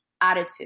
attitude